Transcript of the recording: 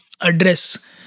address